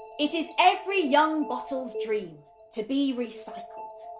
it is every young bottles dream to be recycled.